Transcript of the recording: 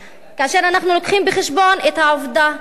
כאשר אנו מביאים בחשבון את העובדה שהמדינה